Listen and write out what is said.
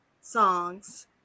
songs